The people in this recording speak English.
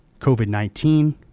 COVID-19